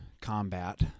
combat